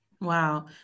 Wow